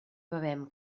bevem